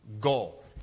goal